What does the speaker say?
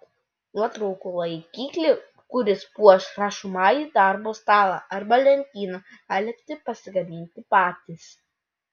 nuotraukų laikiklį kuris puoš rašomąjį darbo stalą arba lentyną galite pasigaminti patys